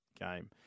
game